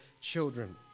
children